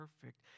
perfect